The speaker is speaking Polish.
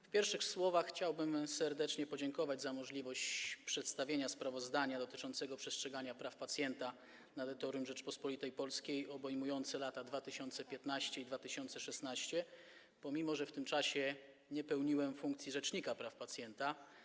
W pierwszych słowach chciałbym serdecznie podziękować za możliwość przedstawienia sprawozdania dotyczącego przestrzegania praw pacjenta na terytorium Rzeczypospolitej Polskiej, obejmującego lata 2015 i 2016, pomimo że w tym czasie nie pełniłem funkcji rzecznika praw pacjenta.